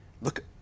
Look